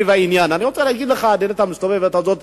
אני רוצה להגיד לך שהדלת המסתובבת הזאת,